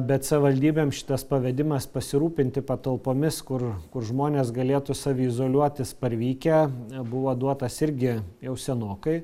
bet savivaldybėms šitas pavedimas pasirūpinti patalpomis kur kur žmonės galėtų saviizoliuotis parvykę buvo duotas irgi jau senokai